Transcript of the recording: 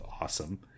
awesome